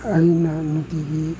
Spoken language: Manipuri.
ꯑꯩꯅ ꯅꯨꯡꯇꯤꯒꯤ